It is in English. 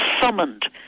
summoned